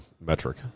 metric